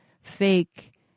fake